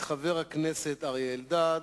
חבר הכנסת אריה אלדד,